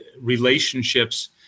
relationships